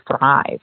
thrive